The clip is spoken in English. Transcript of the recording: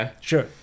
Sure